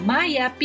Maya